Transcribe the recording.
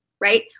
right